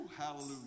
Hallelujah